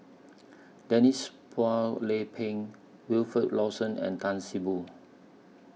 Denise Phua Lay Peng Wilfed Lawson and Tan See Boo